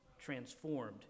transformed